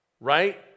right